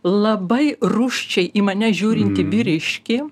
labai rūsčiai į mane žiūrintį vyriškį